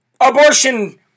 Abortion